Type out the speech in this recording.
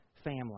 family